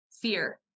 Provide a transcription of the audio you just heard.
fear